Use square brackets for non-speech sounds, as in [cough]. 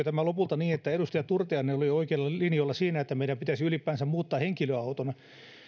[unintelligible] tämä lopulta niin että edustaja turtiainen oli oikeilla linjoilla siinä että meidän pitäisi ylipäänsä muuttaa henkilöauton